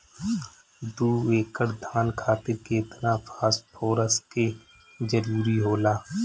दु एकड़ धान खातिर केतना फास्फोरस के जरूरी होला?